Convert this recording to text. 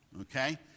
Okay